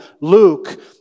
Luke